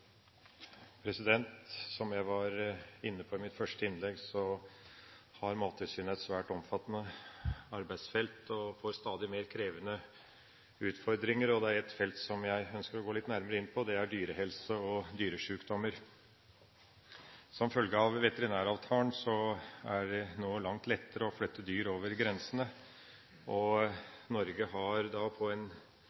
noe som kan håndteres ute. Som jeg var inne på i mitt første innlegg, har Mattilsynet et svært omfattende arbeidsfelt og får stadig mer krevende utfordringer. Det er et felt som jeg ønsker å gå litt nærmere inn på. Det er dyrehelse og dyresjukdommer. Som følge av veterinæravtalen er det nå langt lettere å flytte dyr over grensene. Norge har på en god del områder og